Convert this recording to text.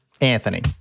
Anthony